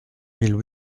mille